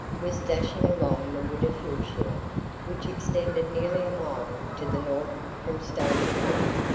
was dashing along the wooded hill-shore which extended nearly a mile to the north from stony point.